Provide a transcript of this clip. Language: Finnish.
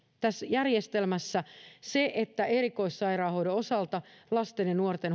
tässä järjestelmässä se että erikoissairaanhoidon osalta lasten ja nuorten